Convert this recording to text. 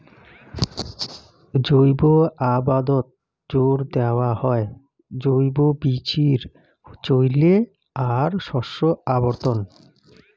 জৈব আবাদত জোর দ্যাওয়া হয় জৈব বীচির চইলে আর শস্য আবর্তন